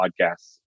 podcasts